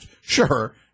sure